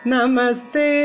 Namaste